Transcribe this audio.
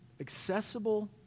accessible